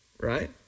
Right